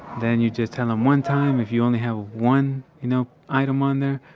then you just tell him one time if you only have one you know item on there,